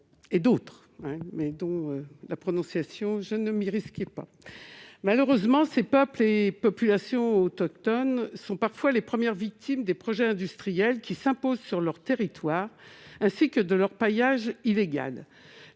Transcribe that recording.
ne me risquerai pas à prononcer le nom. Malheureusement, ces peuples et populations autochtones sont parfois les premières victimes des projets industriels qui s'imposent sur leur territoire, ainsi que de l'orpaillage illégal.